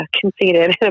conceited